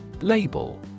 Label